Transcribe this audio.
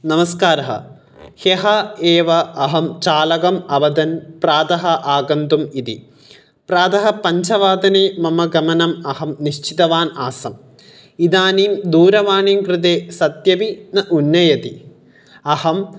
नमस्कारः ह्यः एव अहं चालकम् अवदन् प्रातः आगन्तुम् इति प्रातः पञ्चवादने मम गमनम् अहं निश्चितवान् आसम् इदानीं दूरवाणीं कृते सत्यपि न उन्नयति अहं